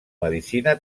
medicina